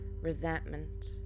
resentment